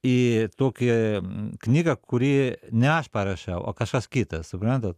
į tokią knygą kurį ne aš parašiau o kažkas kitas suprantat